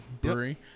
brewery